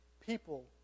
people